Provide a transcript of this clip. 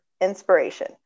inspiration